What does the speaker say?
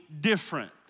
different